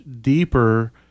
deeper